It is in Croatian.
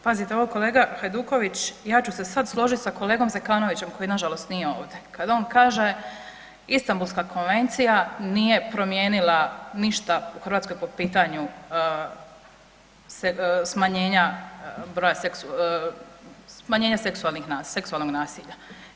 Pazite ovo, kolega Hajduković, ja ću se sad složiti sa kolegom Zekanovićem koji nažalost nije ovdje, kada on kaže Istambulska konvencija nije promijenila ništa u Hrvatskoj po pitanju smanjenja broja .../nerazumljivo/... smanjenja seksualnog nasilja.